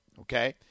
okay